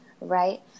Right